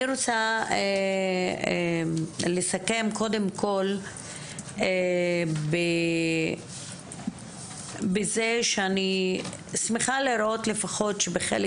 אני רוצה לסכם קודם כל בזה שאני שמחה לראות לפחות שבחלק